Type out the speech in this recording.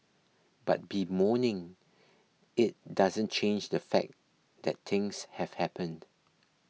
but bemoaning it doesn't change the fact that things have happened